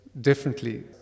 differently